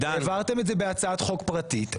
העברתם את זה בהצעת חוק פרטית.